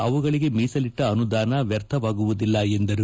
ಅವುಗಳಗೆ ಮೀಸಲಿಟ್ಟ ಅನುದಾನ ವ್ವರ್ಥವಾಗುವುದಿಲ್ಲ ಎಂದರು